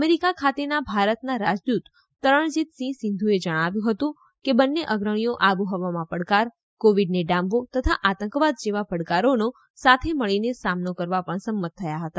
America ખાતેના ભારતના રાજદૂત તરણજીત સિંહ સંધુએ જણાવ્યું હતું કે બંને અગ્રણીઓ આબોહવામાં પડકાર કોવીડને ડામવો તથા આંતકવાદ જેવા પડકારોનો સાથે મળીને સામનો કરવા પણ સંમત થયા હતા